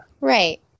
Right